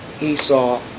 Esau